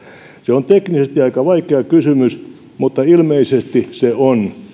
se on teknisesti aika vaikea kysymys mutta ilmeisesti se on